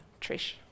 Trish